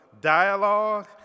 dialogue